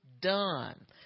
done